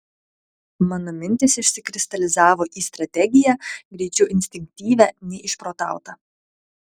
mano mintys išsikristalizavo į strategiją greičiau instinktyvią nei išprotautą